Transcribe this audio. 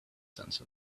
sense